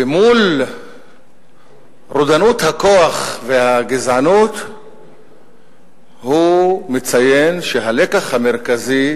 ומול רודנות הכוח והגזענות הוא מציין שהלקח המרכזי: